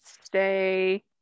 stay